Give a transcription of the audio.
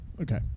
okay